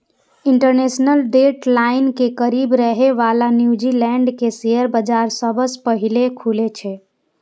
international date line के करीब रहै बला न्यूजीलैंड के शेयर बाजार सबसं पहिने खुलै छै